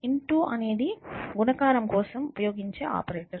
into అనేది గుణకారం కోసం ఆపరేటర్